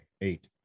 eight